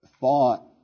thought